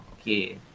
Okay